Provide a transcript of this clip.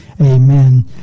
Amen